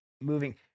moving